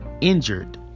injured